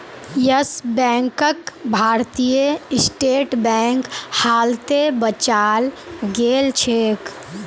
yes बैंकक भारतीय State Bank हालते बचाल गेलछेक